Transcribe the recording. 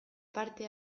parte